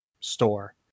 store